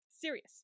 serious